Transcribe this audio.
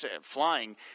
flying